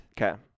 Okay